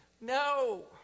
no